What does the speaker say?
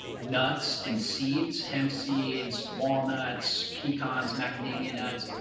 nuts and seeds, hemp seeds, walnuts, pecans, macadamia nuts,